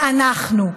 ואנחנו,